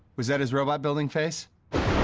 was that his robot building face?